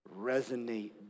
resonate